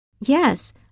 Yes